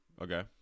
Okay